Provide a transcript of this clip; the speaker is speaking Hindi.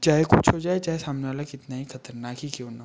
चाहे कुछ हो जाए चाहे सामने वाला कितना ही खतरनाक ही क्यूँ ना हो